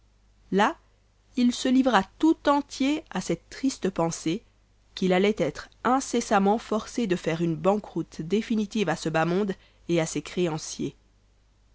là il se livra tout entier à cette triste pensée qu'il allait être incessamment forcé de faire une banqueroute définitive à ce bas monde et à ses créanciers